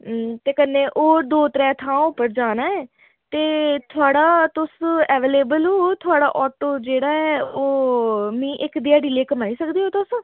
ते कन्नै होर दो त्रै थाह्ऱ पर जाना ऐ ते थुआढ़ा तुस अवेलएबल ओ थुआढ़ा आटो जेह्ड़ा ओह् मी इक ध्याड़ी लेई घुम्माई सकदे ओ तुस